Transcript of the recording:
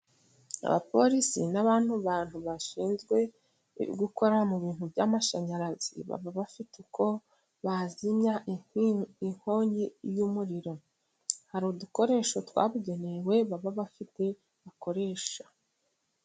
Abapolisi n'aba bantu bashinzwe gukora mu bintu by'amashanyarazi, baba bafite uko bazimya inkongi y'umuriro, hari udukoresho twabugenewe baba bafite bakoresha.